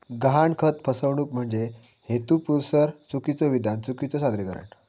गहाणखत फसवणूक म्हणजे हेतुपुरस्सर चुकीचो विधान, चुकीचो सादरीकरण